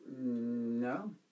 No